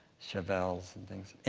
chevelles and things. and